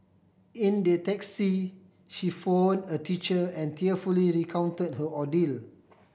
in the taxi she phone a teacher and tearfully recount her ordeal